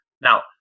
Now